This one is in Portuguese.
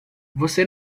você